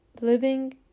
living